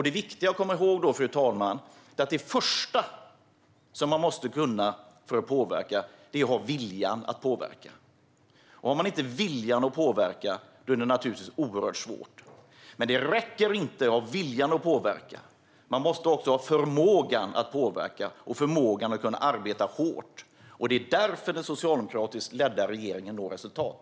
Det viktiga att komma ihåg, fru talman, är att det första som krävs för att man ska kunna påverka är att man har viljan att påverka. Om man inte har viljan att påverka är det naturligtvis oerhört svårt. Men det räcker inte att ha viljan att påverka, utan man måste också ha förmågan att påverka och förmågan att arbeta hårt. Det är därför den socialdemokratiskt ledda regeringen når resultat.